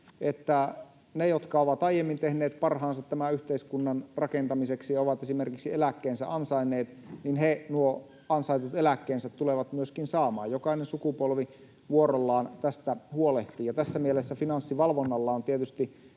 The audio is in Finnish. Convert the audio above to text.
ne, jotka ovat aiemmin tehneet parhaansa tämän yhteiskunnan rakentamiseksi ja ovat esimerkiksi eläkkeensä ansainneet, nuo ansaitut eläkkeensä tulevat myöskin saamaan. Jokainen sukupolvi vuorollaan tästä huolehtii. Tässä mielessä Finanssivalvonnalla on tietysti